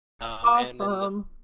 Awesome